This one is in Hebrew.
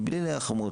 מבלי עניין של חומרות,